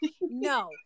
no